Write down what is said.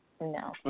no